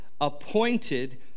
Appointed